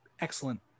excellent